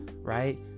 right